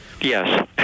Yes